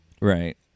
Right